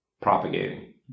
propagating